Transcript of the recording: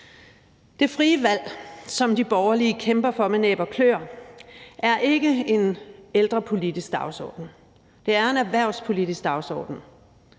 Det frie valg, som de borgerlige kæmper for med næb og klør, er ikke en ældrepolitisk dagsorden, det er en erhvervspolitisk dagsorden.